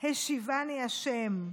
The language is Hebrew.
וריקם השיבני ה'.